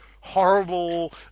horrible